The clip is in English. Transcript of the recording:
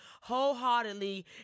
wholeheartedly